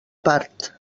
part